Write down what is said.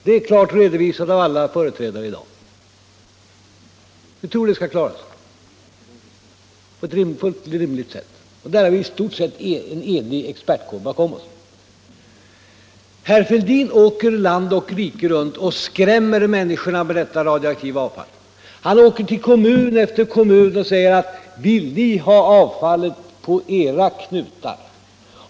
Det är klart redovisat av alla företrädare för regeringspartiet. Och det tror vi att vi skall kunna klara på ett rimligt sätt. Där har vi också en i stort sett enig expertkår bakom oss. Men herr Fälldin reser land och rike runt och skrämmer människorna med detta radioaktiva avfall. Han reser till kommun efter kommun och frågar: Vill ni ha avfallet inpå era knutar?